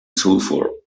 sulfur